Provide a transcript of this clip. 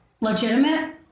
legitimate